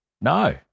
No